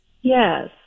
Yes